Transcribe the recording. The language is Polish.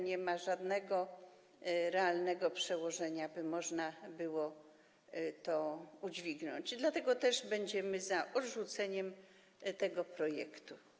Nie ma żadnego realnego przełożenia, by można było to udźwignąć, dlatego też będziemy za odrzuceniem tego projektu.